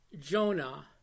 Jonah